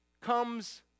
comes